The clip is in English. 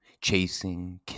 Chasing